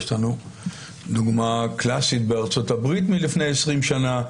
יש לנו דוגמה קלאסית בארצות הברית מלפני 20 שנה.